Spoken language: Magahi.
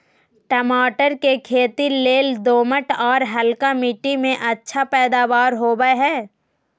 टमाटर के खेती लेल दोमट, आर हल्का मिट्टी में अच्छा पैदावार होवई हई